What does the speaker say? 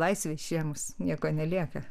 tobių laisvę išėmus nieko nelieka